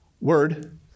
word